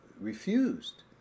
refused